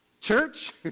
Church